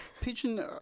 pigeon